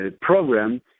program